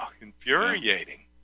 infuriating